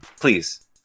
Please